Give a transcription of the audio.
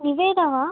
நிவேதாவா